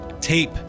tape